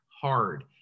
hard